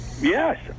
Yes